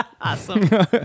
Awesome